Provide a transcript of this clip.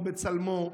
או בצלמו,